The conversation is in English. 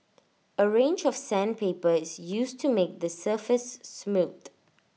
A range of sandpaper is used to make the surface smooth